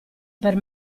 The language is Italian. per